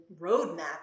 roadmap